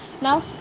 now